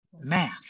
math